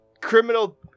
criminal